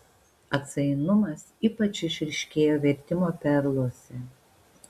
atsainumas ypač išryškėjo vertimo perluose